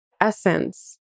essence